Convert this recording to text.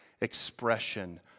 expression